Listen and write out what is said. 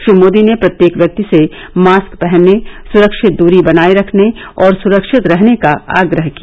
श्री मोदी ने प्रत्येक व्यक्ति से मास्क पहनने सुरक्षित दूरी बनाए रखने और सुरक्षित रहने का आग्रह किया